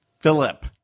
philip